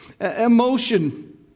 Emotion